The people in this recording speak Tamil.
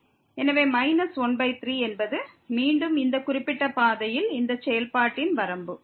எனவே 13 என்பது மீண்டும் இந்த குறிப்பிட்ட பாதையில் இந்த செயல்பாட்டின் வரம்பு